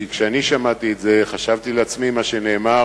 כי כשאני שמעתי את זה חשבתי לעצמי מה שנאמר